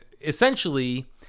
essentially